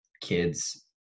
kids